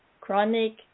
chronic